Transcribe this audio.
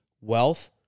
wealth